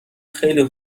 خیلی